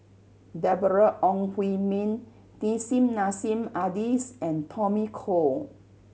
Deborah Ong Hui Min Nissim Nassim Adis and Tommy Koh